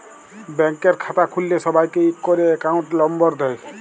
ব্যাংকের খাতা খুল্ল্যে সবাইকে ইক ক্যরে একউন্ট লম্বর দেয়